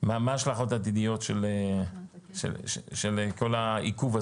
ואז אפשר לעשות את ההכפלות הרלוונטיות לפי כל מועד דחייה